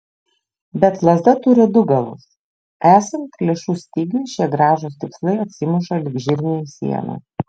bet lazda turi du galus esant lėšų stygiui šie gražūs tikslai atsimuša lyg žirniai į sieną